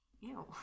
Ew